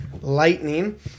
Lightning